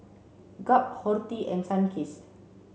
Gap Horti and Sunkist